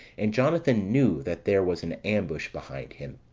and jonathan knew that there was an ambush behind him,